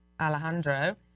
Alejandro